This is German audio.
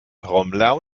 trommler